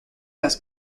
las